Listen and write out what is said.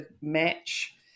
match